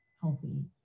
healthy